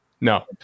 No